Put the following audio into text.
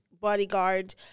bodyguard